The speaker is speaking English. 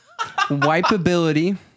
wipeability